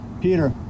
Peter